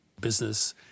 business